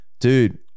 Dude